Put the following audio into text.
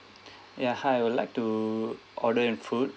yeah hi I would like to order an food